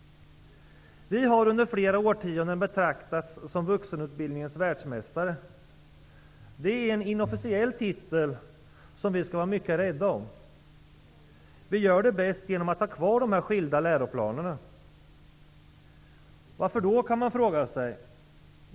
Vi har under flera årtionden betraktats som vuxenutbildningens världsmästare. Det är en inofficiell titel, som vi skall vara mycket rädda om. Vi gör det bäst genom att ha kvar de skilda läroplanerna. Varför då, kan man fråga sig.